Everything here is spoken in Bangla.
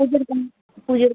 পুজোর